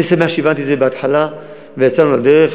אני שמח שהבנתי את זה בהתחלה ויצאנו לדרך.